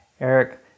Eric